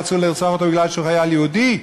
רצו לרצוח אותו כי הוא חייל יהודי,